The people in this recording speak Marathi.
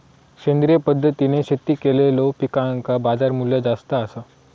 सेंद्रिय पद्धतीने शेती केलेलो पिकांका बाजारमूल्य जास्त आसा